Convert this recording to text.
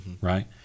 Right